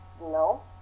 no